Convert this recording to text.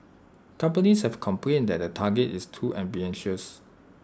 companies have complained that the target is too ambitious